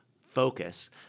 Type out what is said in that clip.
focus